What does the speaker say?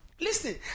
Listen